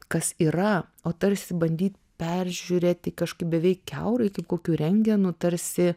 kas yra o tarsi bandyt peržiūrėti kažkaip beveik kiaurai kaip kokiu rentgenu tarsi